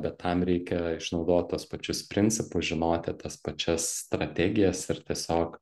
bet tam reiki išnaudot tuos pačius principus žinoti tas pačias strategijas ir tiesiog